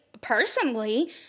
personally